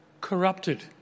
corrupted